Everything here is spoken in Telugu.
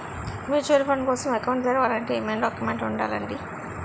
మ్యూచువల్ ఫండ్ కోసం అకౌంట్ తెరవాలంటే ఏమేం డాక్యుమెంట్లు ఉండాలండీ?